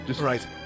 Right